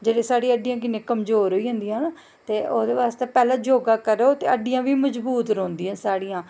जेह्ड़ी साढ़ी हड्डियां किन्नी कमज़ोर होई जंदियां न ओह्दै बास्तै पैह्लैं योगा करो ते हड्डियां बी मज़बूर रौंह्दियां न